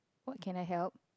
what can I help